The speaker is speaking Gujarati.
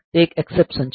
તે એક એક્સેપ્શન છે